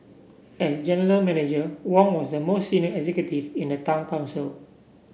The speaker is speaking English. as general Manager Wong was the most senior executive in the town council